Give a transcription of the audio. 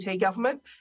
government